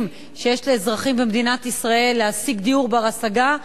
של אזרחים במדינת ישראל להגיע לדיור בר-השגה,